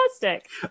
fantastic